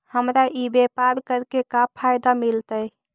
हमरा ई व्यापार करके का फायदा मिलतइ?